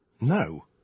No